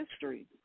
history